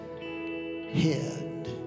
head